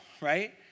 right